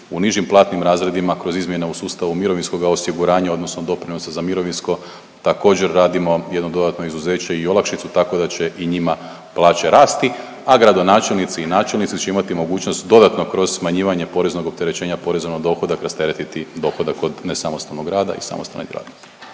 u nižim platnim razredima kroz izmjene u sustavu mirovinskoga osiguranja, odnosno doprinosa za mirovinsko također radimo jedno dodatno izuzeće i olakšicu tako da će i njima plaće rasti, a gradonačelnici i načelnici će imati mogućnost dodatno kroz smanjivanje poreznog opterećenja poreza na dohodak rasteretiti dohodak od nesamostalnog rada i samostalne